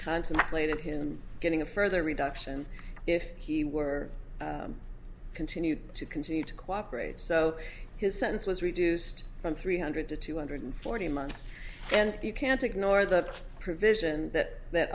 contemplated him getting a further reduction if he were continued to continue to cooperate so his sentence was reduced from three hundred to two hundred forty months and you can't ignore the provision that